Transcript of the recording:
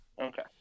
Okay